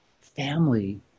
family